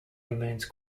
remains